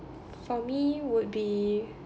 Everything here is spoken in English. for me would be